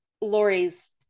Lori's